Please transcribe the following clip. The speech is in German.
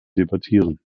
debattieren